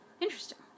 Interesting